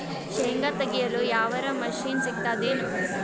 ಶೇಂಗಾ ತೆಗೆಯಲು ಯಾವರ ಮಷಿನ್ ಸಿಗತೆದೇನು?